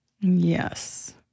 Yes